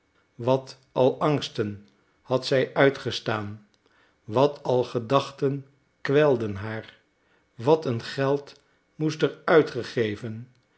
wat al angsten had zij uitgestaan wat al gedachten kwelden haar wat een geld moest er uitgegeven